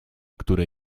które